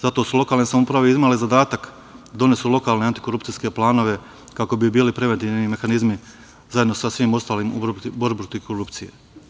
Zato su lokalne samouprave imale zadatak da donesu lokalne antikorupcijske planove kako bi bili preventivni mehanizmi zajedno sa svim ostalim u borbi protiv korupcije.